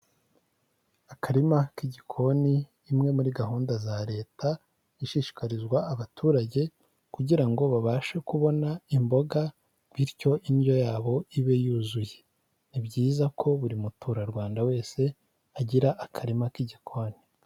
Akarima k'igikoni imwe muri gahunda za leta ishishikarizwa abaturage kugira ngo babashe kubona imbog, bityo indyo yabo ibe yuzuye ni byiza ko buri muturarwanda wese agira akarima k'igikoni.